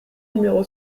numéro